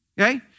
Okay